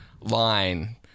line